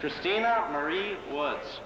christina marie was